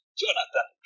jonathan